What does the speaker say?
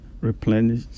replenish